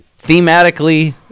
Thematically